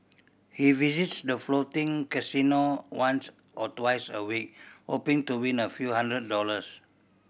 he visits the floating casino once or twice a week hoping to win a few hundred dollars